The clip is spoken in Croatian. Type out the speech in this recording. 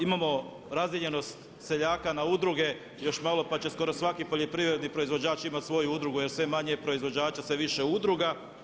Imamo razdijeljenost seljaka na udruge, još malo pa će skoro svaki poljoprivredni proizvođač imati svoju udrugu jer sve je manje proizvođača, sve više udruga.